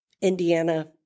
Indiana